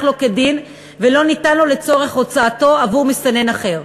לו כדין ולא ניתן לו לצורך הוצאתו עבור מסתנן אחר.